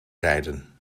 rijden